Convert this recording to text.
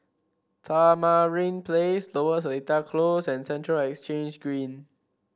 Tamarind Place Lower Seletar Close and Central Exchange Green